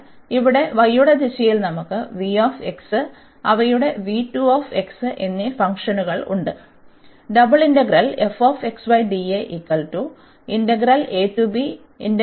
എന്നാൽ ഇവിടെ y യുടെ ദിശയിൽ നമുക്ക് അവയുടെ എന്നീ ഫംഗ്ഷനുകൾ ഉണ്ട്